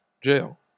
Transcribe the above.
jail